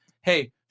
hey